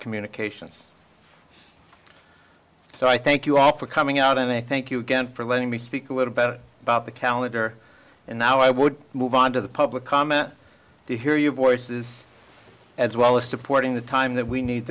communications so i thank you all for coming out and i thank you again for letting me speak a little bit about the calendar and now i would move on to the public comment to hear your voices as well as supporting the time that we need